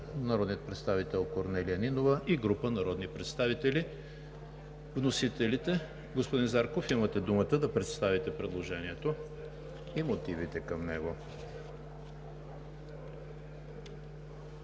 народният представител Корнелия Нинова и група народни представители. Вносителите? Господин Зарков, имате думата да представите предложението и мотивите към него.